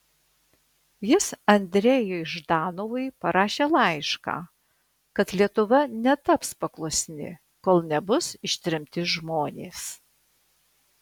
jis andrejui ždanovui parašė laišką kad lietuva netaps paklusni kol nebus ištremti žmonės